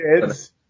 kids